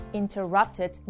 interrupted